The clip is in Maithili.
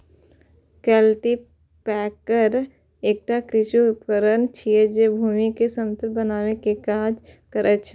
कल्टीपैकर एकटा कृषि उपकरण छियै, जे भूमि कें समतल बनबै के काज करै छै